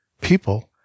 people